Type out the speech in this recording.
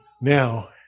now